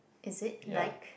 is it like